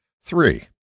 Three